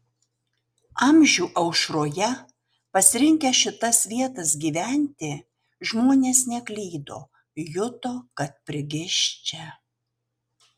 amžių aušroje pasirinkę šitas vietas gyventi žmonės neklydo juto kad prigis čia